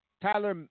Tyler